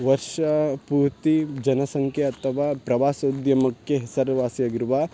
ವರ್ಷ ಪೂರ್ತಿ ಜನಸಂಖ್ಯೆ ಅಥವಾ ಪ್ರವಾಸೋದ್ಯಮಕ್ಕೆ ಹೆಸರುವಾಸಿಯಾಗಿರುವ